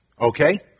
okay